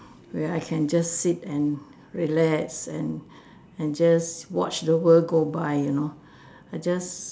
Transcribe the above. where I can just sit and relax and and just watch the world go by you know I just